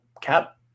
cap